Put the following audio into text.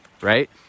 right